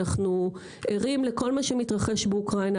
אנחנו ערים לכל מה שמתרחש באוקראינה,